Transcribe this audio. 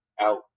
out